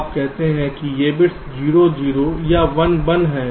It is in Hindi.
आप देखते हैं कि ये बिट्स 0 0 या 1 1 हैं